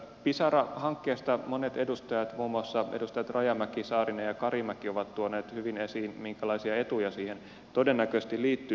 pisara hankkeesta monet edustajat muun muassa edustajat rajamäki saarinen ja karimäki ovat tuoneet hyvin esiin minkälaisia etuja siihen todennäköisesti liittyy